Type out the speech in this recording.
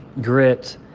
grit